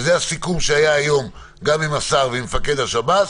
וזה הסיכום שהיה היום גם עם השר ומפקד השב"ס,